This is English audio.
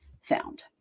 found